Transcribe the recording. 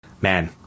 man